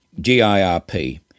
G-I-R-P